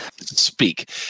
speak